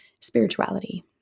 spirituality